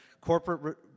Corporate